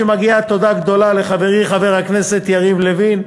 מגיעה תודה גדולה לחברי חבר הכנסת יריב לוין,